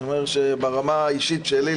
אני אומר ברמה האישית שלי,